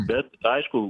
bet aišku